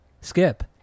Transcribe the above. Skip